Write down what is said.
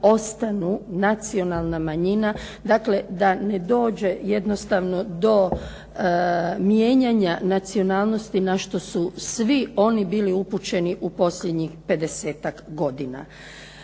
ostanu nacionalna manjina, dakle da ne dođe jednostavno do mijenjanja nacionalnosti na što su svi oni bili upućeni u posljednjih 50-ak godina.